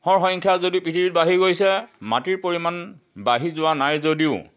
হৰ সংখ্যা যদি পৃথিৱীত বাঢ়ি গৈছে মাটিৰ পৰিমাণ বাঢ়ি যোৱা নাই যদিও